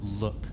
Look